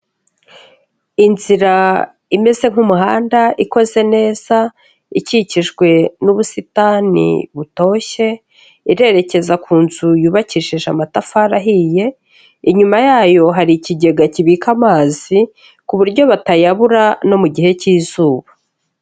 Inzira imeze nk'umuhanda ikoze neza ikikijwe n'ubusitani butoshye, irerekeza ku nzu yubakishije amatafari ahiye, inyuma yayo hari ikigega kibika amazi ku buryo batayabura no mu gihe k'izuba.